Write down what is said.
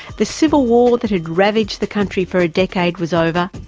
the civil war that had ravaged the country for a decade was over,